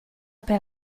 per